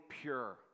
pure